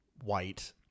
white